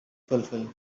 fulfill